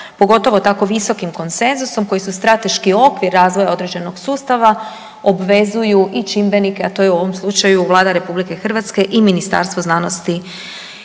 pogotovo tako visokim konsenzusom koji su strateški okvir razvoja određenog sustava obvezuju i čimbenike, a to je u ovom slučaju Vlada RH i Ministarstvo znanosti